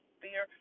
fear